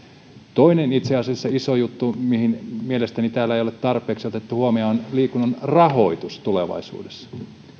toinen itse asiassa iso juttu mitä mielestäni täällä ei ole tarpeeksi otettu huomioon on liikunnan rahoitus tulevaisuudessa